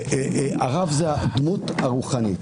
הרב זה הדמות הרוחנית.